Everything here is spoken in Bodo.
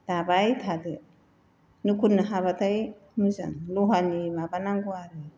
दाबाय थादो नो हाब्लाथाय मोजां लहानि माबानांगौ आरो